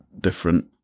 different